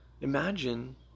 Imagine